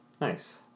Nice